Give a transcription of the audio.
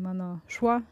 mano šuo